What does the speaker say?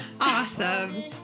awesome